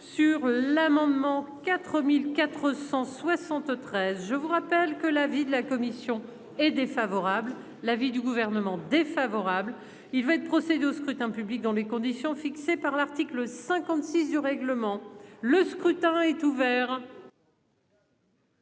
sur l'amendement 4473 je vous rappelle que l'avis de la commission est défavorable. L'avis du Gouvernement défavorable. Il fait procéder au scrutin public dans les conditions fixées par l'article 56 du règlement, le scrutin est ouvert.